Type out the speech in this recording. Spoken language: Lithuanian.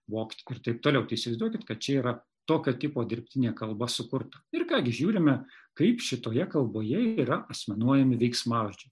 vokt ir taip toliau tai įsivaizduokit kad čia yra tokio tipo dirbtinė kalba sukurta ir ką gi žiūrime kaip šitoje kalboje yra asmenuojami veiksmažodžiai